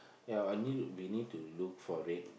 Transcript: ya I need we need to look for it